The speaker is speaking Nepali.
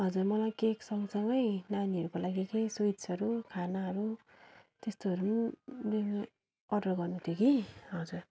हजुर मलाई केक सँगसँगै नानीहरूको लागि केही स्विट्सहरू खानाहरू तेस्तोहरू पनि लिनु अर्डर गर्नु थियो कि हजुर